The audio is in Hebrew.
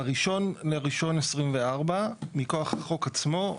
ב-1 בינואר 2024 מכוח החוץ עצמו.